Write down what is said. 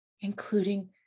including